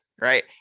right